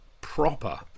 proper